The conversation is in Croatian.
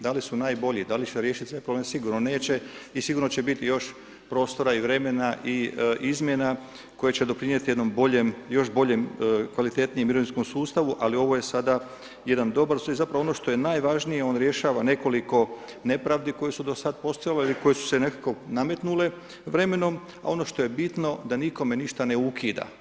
Da li najbolji, da li će riješiti sve problem, sigurno neće i sigurno će biti još prostora i vremena i izmjena koje će doprinijeti jednom boljem, još boljem kvalitetnijem mirovinskom sustavu ali ovo je sada jedan dobar ... i zapravo ono što je najvažnije, on rješava nekoliko nepravdi koje su do sad postojale ili koje su se nekako nametnule vremenom a ono što je bitno, da nikome ništa ne ukida.